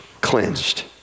cleansed